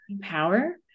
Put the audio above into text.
power